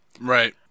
Right